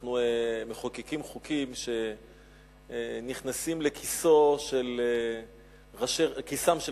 שאנחנו מחוקקים חוקים שנכנסים לכיסם של